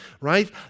right